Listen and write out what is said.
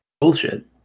Bullshit